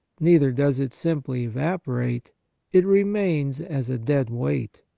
neither does it simply evaporate it remains as a dead weight.